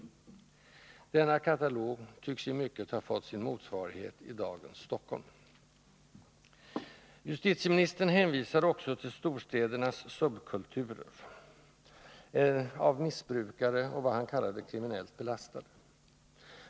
Denna katalog tycks i mycket ha fått sin motsvarighet i dagens Stockholm. Justitieministern hänvisade också till storstädernas subkulturer av missbrukare och av vad han kallade ”kriminellt belastade”.